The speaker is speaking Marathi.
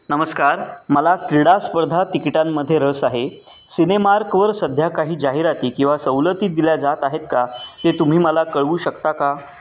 नमस्कार मला क्रीडा स्पर्धा तिकिटांमध्ये रस आहे सिनेमार्कवर सध्या काही जाहिराती किंवा सवलती दिल्या जात आहेत का ते तुम्ही मला कळवू शकता का